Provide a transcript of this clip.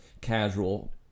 casual